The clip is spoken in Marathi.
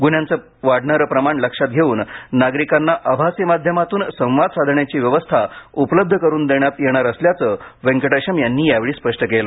गुन्ह्यांचं वाढणारं प्रमाण लक्षात घेऊन नागरिकांना आभासी माध्यमांतून संवाद साधण्याची व्यवस्था उपलब्ध करून देण्यात येणार असल्याचं व्यंकटेशम यांनी स्पष्ट केलं